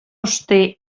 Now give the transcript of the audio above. auster